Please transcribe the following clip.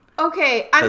Okay